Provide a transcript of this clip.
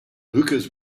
hookahs